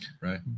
Right